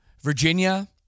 Virginia